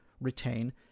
retain